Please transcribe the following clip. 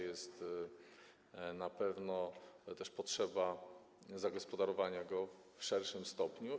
Jest też na pewno potrzeba zagospodarowania go w szerszym stopniu.